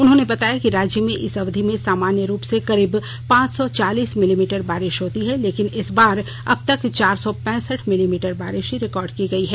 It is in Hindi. उन्होंने बताया कि राज्य में इस अवधि में सामान्य रूप से करीब पांच सौ चालीस मिलीमीटर बारिश होती है लेकिन इस बार अब तक चार सौ पैसठ मिलीमीटर बारिश ही रिकॉर्ड की गयी है